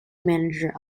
manager